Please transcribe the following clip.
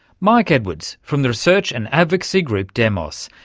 mike edwards, from the research and advocacy group demos.